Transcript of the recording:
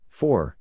four